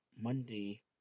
Monday